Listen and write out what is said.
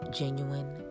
genuine